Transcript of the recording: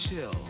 chill